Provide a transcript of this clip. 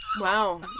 Wow